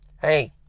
hey